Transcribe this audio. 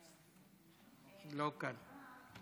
לא כאן.